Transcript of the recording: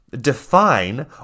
define